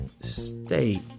Stay